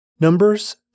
Numbers